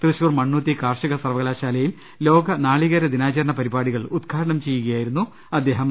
തൃശൂർ മണ്ണുത്തി കാർഷിക സർവ്വകലാ ശാലയിൽ ലോക നാളികേര ദിനാചരണ പരിപാടികൾ ഉദ്ഘാടനം ചെയ്യുകയായിരുന്നു അദ്ദേഹം